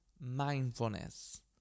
mindfulness